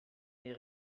les